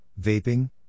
vaping